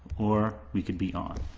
or we could be on